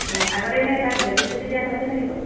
অঁ আগতে এনেই তাক বেজী চেজি দিয়া হৈছে নেকি বাৰু